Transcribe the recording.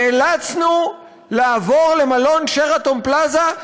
נאלצנו לעבור למלון "שרתון פלאזה",